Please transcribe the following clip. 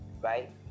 right